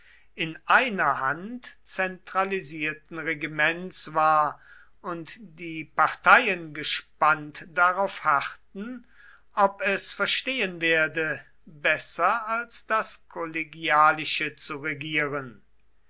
in einer hand zentralisierten regiments war und die parteien gespannt darauf harrten ob es verstehen werde besser als das kollegialische zu regieren